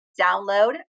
download